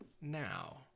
now